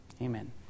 Amen